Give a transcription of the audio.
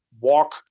walk